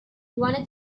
wanna